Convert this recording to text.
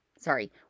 Sorry